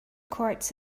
courts